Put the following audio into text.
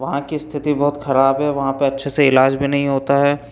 वहाँ की स्थिति बहुत ख़राब है वहाँ पर अच्छे से इलाज भी नहीं होता है